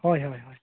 ᱦᱳᱭ ᱦᱳᱭ